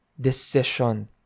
decision